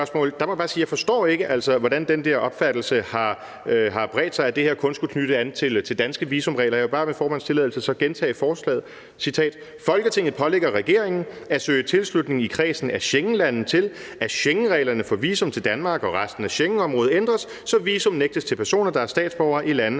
må jeg bare sige, at jeg ikke forstår, hvordan den der opfattelse af, at det her kun skulle knytte an til danske visumregler, har bredt sig. Jeg vil bare lige med formandens tilladelse gentage forslaget: »Folketinget pålægger regeringen at søge tilslutning i kredsen af Schengenlande til, at schengenreglerne for visum til Danmark og resten af Schengenområdet ændres, så visum nægtes til personer, der er statsborgere i lande,